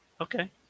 okay